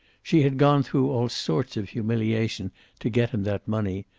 she had gone through all sorts of humiliation to get him that money,